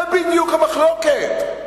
זה בדיוק המחלוקת.